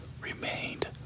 remained